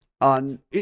on